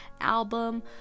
album